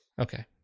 Okay